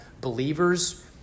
believers